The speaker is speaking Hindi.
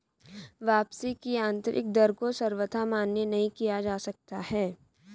वापसी की आन्तरिक दर को सर्वथा मान्य नहीं किया जा सकता है